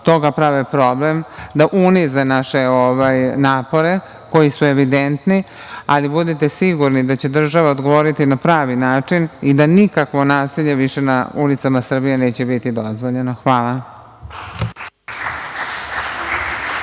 toga prave problem, da unize naše napore koji su evidentni, ali budite sigurni da će država odgovoriti na pravi način i da nikakvo nasilje više na ulicama Srbije neće biti dozvoljeno. Hvala.